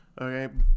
Okay